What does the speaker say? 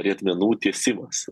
riedmenų tiesimas